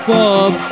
Bob